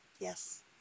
Yes